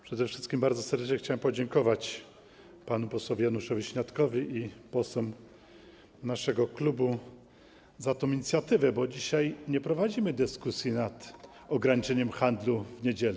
Przede wszystkim bardzo serdecznie chciałem podziękować panu posłowi Januszowi Śniadkowi i posłom naszego klubu za tę inicjatywę, bo dzisiaj nie prowadzimy dyskusji nad ograniczeniem handlu w niedzielę.